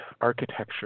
architecture